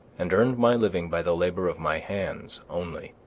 and earned my living by the labor of my hands only.